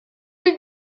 new